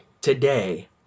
today